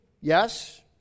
yes